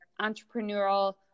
entrepreneurial